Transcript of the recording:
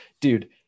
dude